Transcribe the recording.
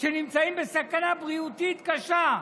נמצאים בסכנת בריאותית קשה.